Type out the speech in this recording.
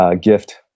gift